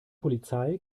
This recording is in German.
polizei